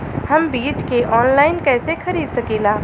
हम बीज के आनलाइन कइसे खरीद सकीला?